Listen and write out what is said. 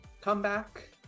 comeback